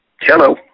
hello